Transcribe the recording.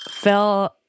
Phil